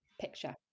picture